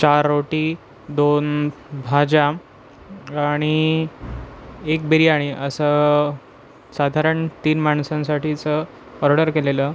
चार रोटी दोन भाज्या आणि एक बिर्याणी असं साधारण तीन माणसांसाठीचं ऑर्डर केलेलं